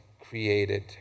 created